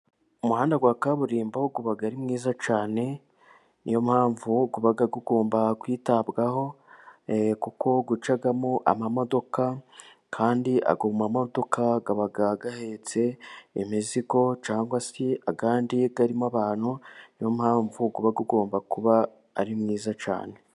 Umuhanda wa kaburimbo uba ari mwiza cyane ni yo mpamvu uba ugomba kwitabwaho, e kuko ucamo amamodoka kandi ayo mamodoka aba ahetse imizigo cyangwa se andi arimo abantu, ni yo mpamvu uba ugomba kuba ari mwiza cyane.